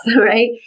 right